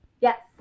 Yes